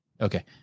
Okay